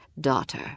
daughter